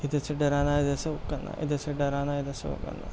ادھر سے ڈرانا ادھر سے او کرنا ادھر سے ڈرانا ادھر سے او کرنا